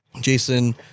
Jason